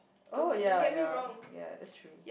oh ya ya ya that's true